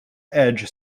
edge